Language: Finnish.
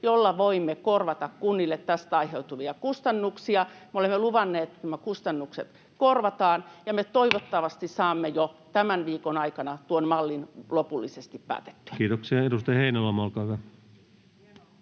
jolla voimme korvata kunnille tästä aiheutuvia kustannuksia. Me olemme luvanneet, että nämä kustannukset korvataan, ja me toivottavasti saamme jo tämän viikon aikana tuon mallin lopullisesti päätettyä. [Sari Sarkomaa: Hienoa!] [Speech